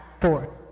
four